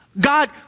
God